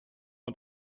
und